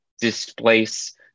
displace